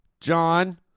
John